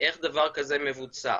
איך דבר כזה מבוצע?